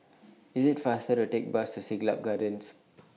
IS IT faster to Take The Bus to Siglap Gardens